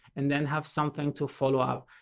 and then have something to follow up.